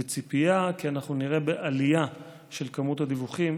בציפייה שנראה עלייה של כמות הדיווחים,